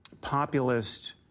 populist